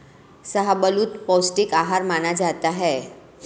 शाहबलूत पौस्टिक आहार माना जाता है